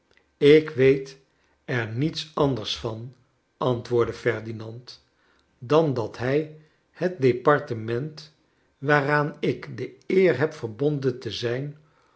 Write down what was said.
ik weet er niet anders van antwoordde ferdinand dan dat hij het departement waaraan ik de eer heb verbonden te zijn